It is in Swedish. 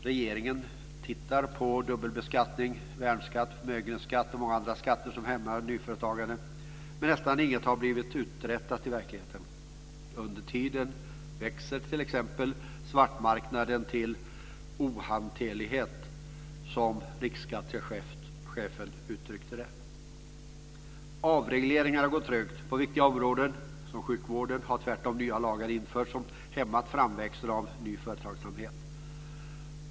Regeringen tittar på dubbelbeskattningen, värnskatten, förmögenhetsskatten och många andra skatter som hämmar nyföretagandet men nästan ingenting har i verkligheten blivit uträttat. Under tiden växer t.ex. svartmarknaden till ohanterlighet, som riksskatteverkschefen uttryckte det. Avregleringarna går trögt. På ett så viktigt område som sjukvården har nya lagar införts som tvärtom hämmat framväxten av ny företagsamhet.